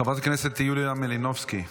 חברת הכנסת יוליה מלינובסקי,